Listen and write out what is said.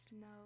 No